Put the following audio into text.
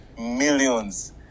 millions